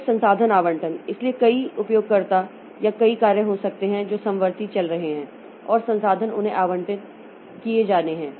फिर संसाधन आवंटन इसलिए कई उपयोगकर्ता या कई कार्य हो सकते हैं जो समवर्ती चल रहे हैं और संसाधन उन्हें आवंटित किए जाने हैं